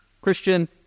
Christian